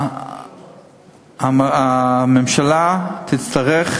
הממשלה תצטרך,